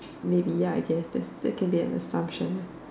maybe ya I guess that that can be an assumption